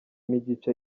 n’igice